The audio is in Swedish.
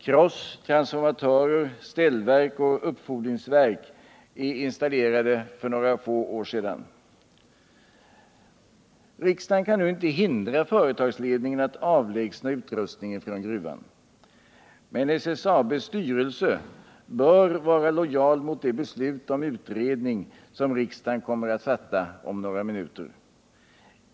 Kross, transformatörer, ställverk och uppfordringsverk är installerade för några få år sedan. Riksdagen kan inte hindra företagsledningen att avlägsna utrustningen från gruvan. Men SSAB:s styrelse bör vara lojal mot det beslut om utredning som riksdagen kommer att fatta om några minuter.